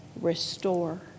restore